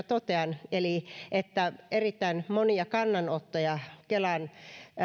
totean että erittäin monia myönteisiä kannanottoja kelan